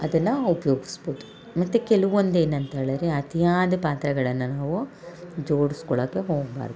ಅದನ್ನು ಉಪ್ಯೋಗ್ಸ್ಬೋದು ಮತ್ತು ಕೆಲ್ವೊಂದು ಏನಂತ ಹೇಳರೆ ಅತಿಯಾದ ಪಾತ್ರೆಗಳನ್ನು ನಾವು ಜೋಡುಸ್ಕೊಳಕ್ಕೆ ಹೋಗ್ಬಾರ್ದು